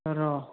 र'